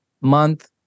month